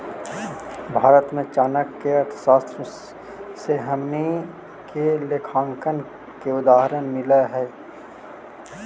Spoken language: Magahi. भारत में चाणक्य के अर्थशास्त्र से हमनी के लेखांकन के उदाहरण मिल हइ